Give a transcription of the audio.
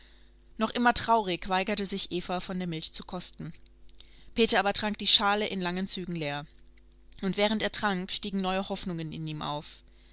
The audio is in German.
noch immer traurig weigerte sich eva von der milch zu kosten peter aber trank die schale in langen zügen leer und während er trank stiegen neue hoffnungen in ihm auf